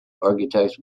architects